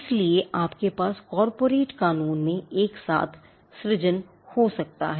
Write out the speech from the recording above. इसलिए आपके पास कॉर्पोरेट कहा जाता है